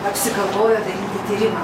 apsigalvojo daryti tyrimą